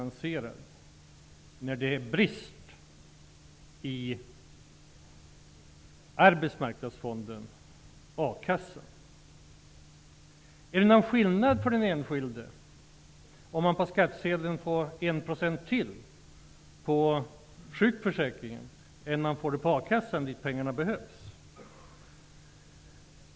Arbetsmarknadsfonden, a-kassan? Är det någon skillnad för den enskilde om han på skattsedeln får ytterligare 1 % på sjukförsäkringen eller om han får det på a-kassan, där pengarna behövs?